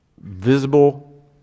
visible